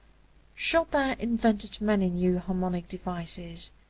chopin invented many new harmonic devices,